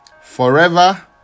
forever